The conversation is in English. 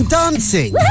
dancing